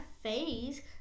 phase